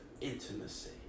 intimacy